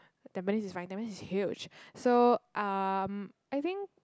tampines is fine tampines is huge so um I think